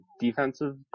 defensive